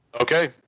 Okay